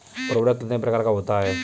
उर्वरक कितने प्रकार का होता है?